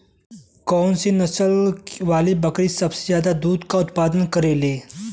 कौन से नसल वाली बकरी सबसे ज्यादा दूध क उतपादन करेली?